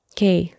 Okay